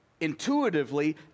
intuitively